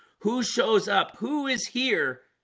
who shows up who is here?